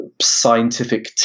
scientific